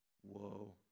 Whoa